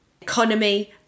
economy